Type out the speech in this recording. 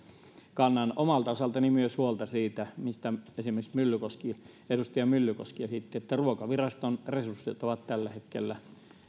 kannan omalta osaltani myös huolta siitä mitä esimerkiksi edustaja myllykoski esitti että ruokaviraston resurssit ovat tällä hetkellä